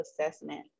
assessment